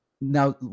Now